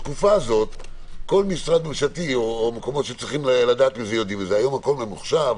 בתקופה הזו כל משרד ממשלתי היום הכול ממוחשב,